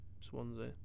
Swansea